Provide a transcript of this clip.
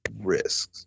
risks